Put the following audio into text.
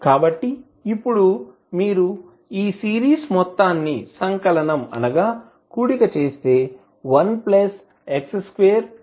కాబట్టి ఇప్పుడు మీరు సిరీస్ మొత్తాన్ని సంకలనం sum కూడిక చేస్తే 1x2x3